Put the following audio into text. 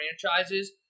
franchises